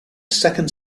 second